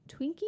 Twinkie